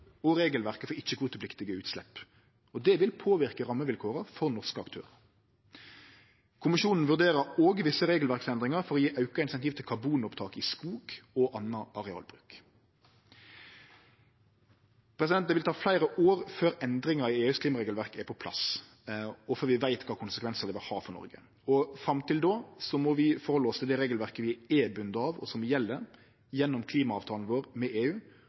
og regelverket for ikkje-kvotepliktige utslepp. Det vil påverke rammevilkåra for norske aktørar. Kommisjonen vurderer òg visse regelverksendringar for å gje auka insentiv til karbonopptak i skog og annan arealbruk. Det vil ta fleire år før endringar i EUs klimaregelverk er på plass og før vi veit kva konsekvensar det vil ha for Noreg. Fram til då må vi halde oss til det regelverket vi er bundne av, og som gjeld gjennom klimaavtalen vår med EU,